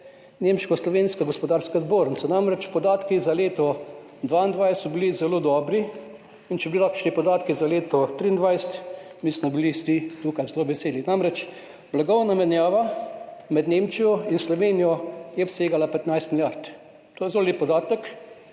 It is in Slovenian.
Slovensko-nemške gospodarske zbornice, namreč podatki za leto 2022 so bili zelo dobri in če bi bili takšni podatki za leto 2023, mislim, da bili vsi tukaj zelo veseli. Namreč, blagovna menjava med Nemčijo in Slovenijo je obsegala 15 milijard, to je zelo lep podatek,